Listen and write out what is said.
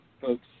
folks